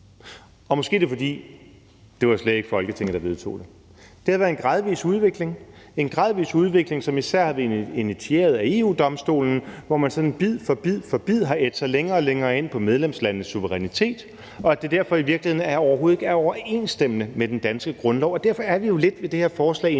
Måske er det, fordi det slet ikke var Folketinget, der vedtog det. Det har været en gradvis udvikling, som især er blevet initieret af EU-Domstolen, hvor man sådan bid for bid har ædt sig længere og længere ind på medlemslandenes suverænitet, og at det derfor i virkeligheden overhovedet ikke er i overensstemmelse med den danske grundlov. Derfor er vi jo lidt ved det her forslag i en